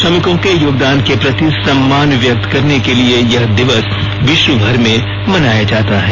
श्रमिकों के योगदान के प्रति सम्मान व्यक्त करने के लिए यह दिवस विश्वभर में मनाया जाता है